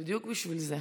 בשביל זה.